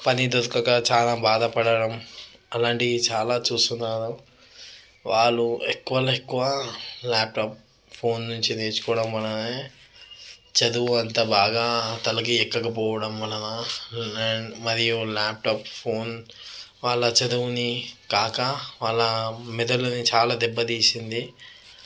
పని దొరకక చాలా బాధపడటం అలాంటివి చాలా చూస్తున్నారు వాళ్ళు ఎక్కువలో ఎక్కువ లాప్టాప్ ఫోన్ నుంచి నేర్చుకోవడం వల్లనే చదువు అంత బాగా తలకి ఎక్కకపోవడం వలన అండ్ మరియు లాప్టాప్ ఫోన్ వాళ్ళ చదువుని కాక వాళ్ళ మెదడుని చాలా దెబ్బతీసింది